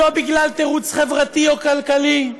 לא בגלל תירוץ חברתי או כלכלי.